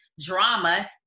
drama